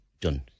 done